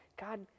God